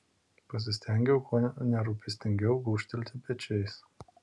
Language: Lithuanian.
pasistengiau kuo nerūpestingiau gūžtelėti pečiais